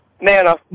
Nana